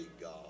God